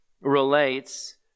relates